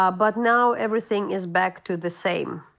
ah but now everything is back to the same.